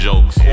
Jokes